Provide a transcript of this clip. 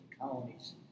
colonies